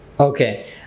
Okay